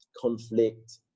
conflict